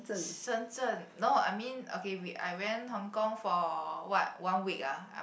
Shenzhen no I mean okay we I went Hong-Kong for what one week ah I